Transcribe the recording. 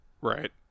Right